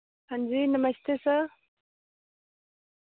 हां जी नमस्ते सर